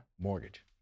Mortgage